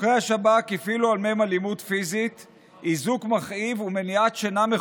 כמה קשיים היו בנושא הזה,